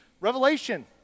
Revelation